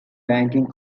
banking